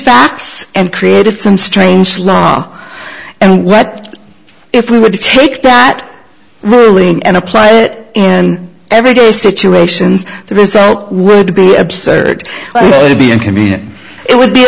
facts and created some strange law and what if we were to take that ruling and apply it in everyday situations the result would be absurd to be inconvenient it would be